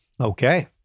Okay